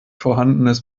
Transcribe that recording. vorhandenes